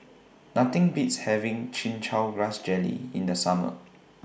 Nothing Beats having Chin Chow Grass Jelly in The Summer